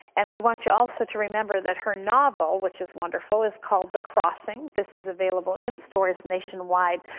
and we want you also to remember that her novel, which is wonderful, is called the crossing. this is available in stores nationwide.